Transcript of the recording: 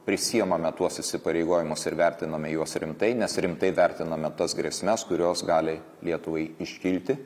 prisiimame tuos įsipareigojimus ir vertiname juos rimtai nes rimtai vertiname tas grėsmes kurios gali lietuvai iškilti